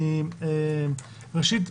ראשית,